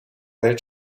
welt